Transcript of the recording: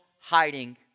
hiding